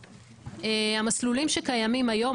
המסלולים שקיימים היום,